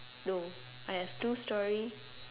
no I have two choice